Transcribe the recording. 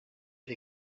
the